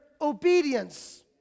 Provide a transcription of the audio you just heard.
obedience